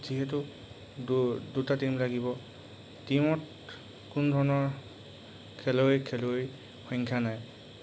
যিহেতু দুটা টীম লাগিব টীমত কোনো ধৰণৰ খেলুৱৈ খেলুৱৈ সংখ্যা নাই